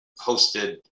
hosted